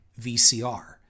VCR